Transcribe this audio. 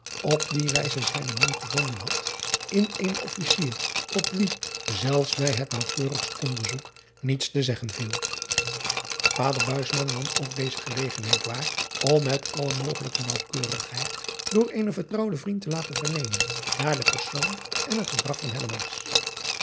op die wijne zijnen man gevonden had in eenen fficier op wien zelfs bij het naauwkeurigst onderzoek niets te zeggen viel ader nam ook deze gelegenheid waar om met alle mogelijke naauwkeurigheid door eenen vertrouwden vriend te laten vernemen naar den persoon en het gedrag van